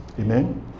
Amen